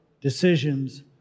decisions